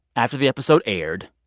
after the episode aired,